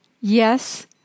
Yes